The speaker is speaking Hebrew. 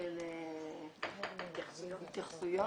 של התייחסויות.